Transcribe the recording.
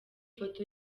foto